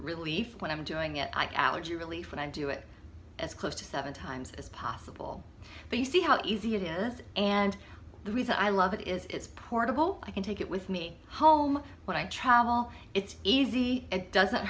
relief when i'm doing it i coude you relief when i do it as close to seven times as possible but you see how easy it is and the reason i love it is it's portable i can take it with me home when i travel it's easy it doesn't